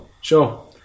Sure